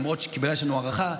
בגלל שיש לנו הערכה,